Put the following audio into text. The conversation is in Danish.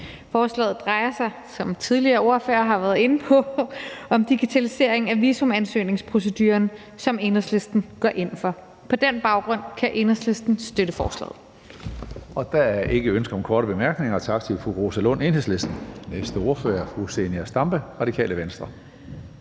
Forslaget drejer sig, som tidligere ordførere har været inde på, om digitalisering af visumansøgningsproceduren, som Enhedslisten går ind for. På den baggrund kan Enhedslisten støtte forslaget.